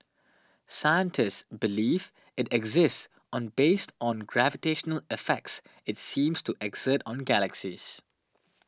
scientists believe it exists on based on gravitational effects it seems to exert on galaxies